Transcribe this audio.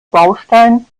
baustein